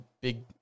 big